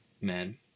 men